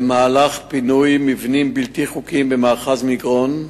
במהלך פינוי מבנים בלתי חוקיים במאחז מגרון,